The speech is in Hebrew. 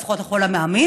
לפחות לכל המאמין,